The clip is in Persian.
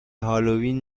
هالوین